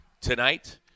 tonight